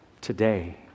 Today